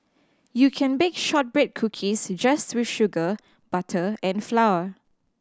you can bake shortbread cookies just with sugar butter and flour